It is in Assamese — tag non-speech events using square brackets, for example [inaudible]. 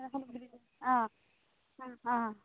[unintelligible] অঁ অঁ অঁ